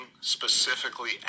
specifically